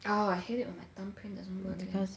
ugh I hate it when my thumb print doesn't work